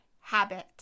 habit